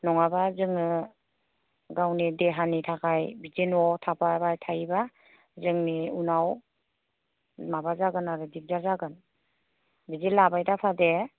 नङाबा जोङो गावनि देहानि थाखाय बिदि न'आव थाफाबाय थायोबा जोंनि उनाव माबा जागोन आरो दिगदार जागोन बिदि लाबाय दाथा दे